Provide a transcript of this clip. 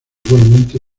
igualmente